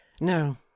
No